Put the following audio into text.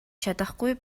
чадахгүй